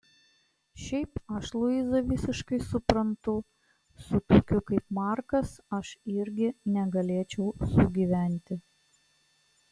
šiaip aš luizą visiškai suprantu su tokiu kaip markas aš irgi negalėčiau gyventi